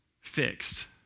fixed